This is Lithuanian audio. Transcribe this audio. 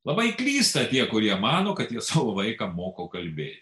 labai klysta tie kurie mano kad jie savo vaiką moko kalbėti